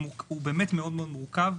הוא מאוד מאוד מורכב,